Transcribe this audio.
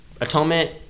atonement